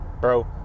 Bro